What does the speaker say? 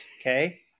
okay